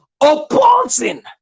opposing